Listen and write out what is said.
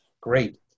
Great